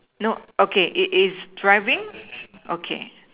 no okay it is driving okay